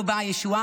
לא באה הישועה,